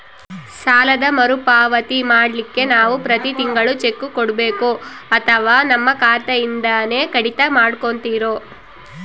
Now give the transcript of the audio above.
ಸಾಲದ ಮರುಪಾವತಿ ಮಾಡ್ಲಿಕ್ಕೆ ನಾವು ಪ್ರತಿ ತಿಂಗಳು ಚೆಕ್ಕು ಕೊಡಬೇಕೋ ಅಥವಾ ನಮ್ಮ ಖಾತೆಯಿಂದನೆ ಕಡಿತ ಮಾಡ್ಕೊತಿರೋ?